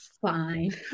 fine